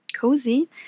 cozy